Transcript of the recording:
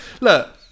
look